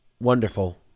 wonderful